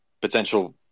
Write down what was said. potential